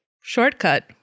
shortcut